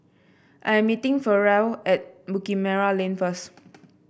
I am meeting Ferrell at Bukit Merah Lane first